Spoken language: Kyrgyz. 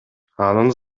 анын